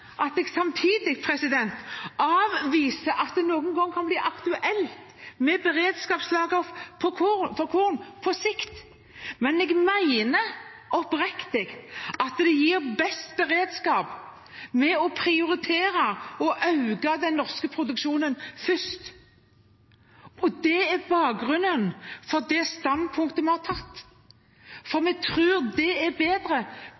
at jeg samtidig avviser at det noen gang kan bli aktuelt med beredskapslager for korn på sikt, men jeg mener oppriktig at det gir best beredskap å prioritere å øke den norske produksjonen først. Det er bakgrunnen for det standpunktet vi har tatt. Vi tror det er bedre